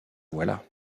voilà